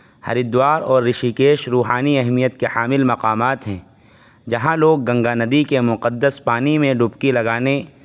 ہریدوار اور رشی کیش روحانی اہمیت کے حامل مقامات ہیں جہاں لوگ گنگا ندی کے مقدس پانی میں ڈبکی لگانے